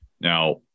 Now